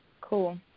Cool